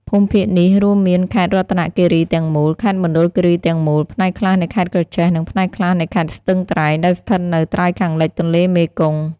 ភូមិភាគនេះ រួមមាន ខេត្តរតនគិរីទាំងមូល ខេត្តមណ្ឌលគីរីទាំងមូល ផ្នែកខ្លះនៃខេត្តក្រចេះ និងផ្នែកខ្លះនៃខេត្តស្ទឹងត្រែង ដែលស្ថិតនៅ ត្រើយខាងលិចទន្លេមេគង្គ។